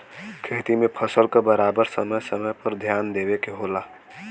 खेती में फसल क बराबर समय समय पर ध्यान देवे के होला